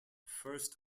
first